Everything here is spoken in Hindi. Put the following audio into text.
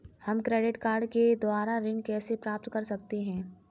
हम क्रेडिट कार्ड के द्वारा ऋण कैसे प्राप्त कर सकते हैं?